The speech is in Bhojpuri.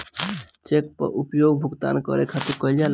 चेक कअ उपयोग भुगतान करे खातिर कईल जाला